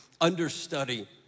understudy